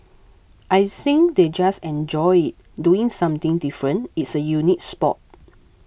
I think they just enjoy it doing something different it's a unique sport